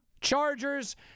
Chargers